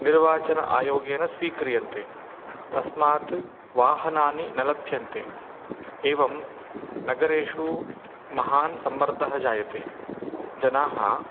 निर्वाचन आयोगेन स्वीक्रियन्ते तस्मात् वाहनानि न लभ्यन्ते एवं नगरेषु महान् सम्मर्दः जायते जनाः